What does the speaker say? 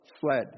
fled